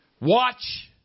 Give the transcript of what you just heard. Watch